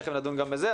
תכף נדון גם בזה,